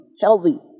healthy